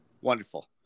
Wonderful